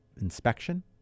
inspection